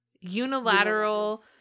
unilateral